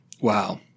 Wow